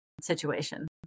situation